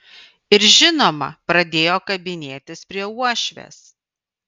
ir žinoma pradėjo kabinėtis prie uošvės